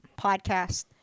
podcast